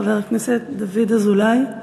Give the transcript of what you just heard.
חבר הכנסת דוד אזולאי.